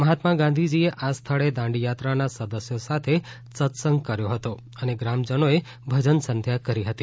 મહાત્મા ગાંધીજીએ આ સ્થળે દાંડીયાત્રાના સદસ્યો સાથે સત્સંગ કર્યો હતો અને ગ્રામજનોએ ભજન સંધ્યા કરી હતી